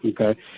okay